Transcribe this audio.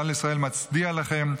כלל ישראל מצדיע לכם,